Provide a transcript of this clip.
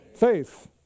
faith